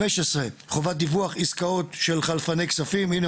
הסתייגות 15: "חובת דיווח עסקאות של חלפני כספים" הנה,